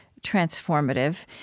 transformative